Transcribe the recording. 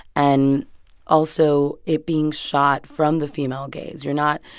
and also, it being shot from the female gaze, you're not,